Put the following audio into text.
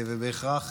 ובהכרח